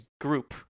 group